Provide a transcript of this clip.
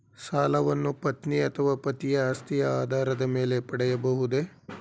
ಸಾಲವನ್ನು ಪತ್ನಿ ಅಥವಾ ಪತಿಯ ಆಸ್ತಿಯ ಆಧಾರದ ಮೇಲೆ ಪಡೆಯಬಹುದೇ?